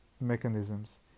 mechanisms